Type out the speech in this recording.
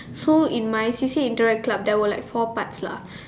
so in my C_C_A interact club there were like four parts lah